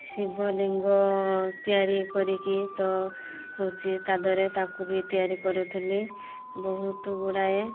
ଶିବ ଲିଙ୍ଗ ତିଆରି କରିକି ତ ହଉଛି କାଦୁଅରେ ତାକୁ ବି ତିଆରି କରୁଥୁଲି ବହୁତ ଗୁଡ଼ାଏ